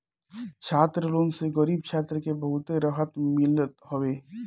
छात्र लोन से गरीब छात्र के बहुते रहत मिलत हवे